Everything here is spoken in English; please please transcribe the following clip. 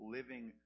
living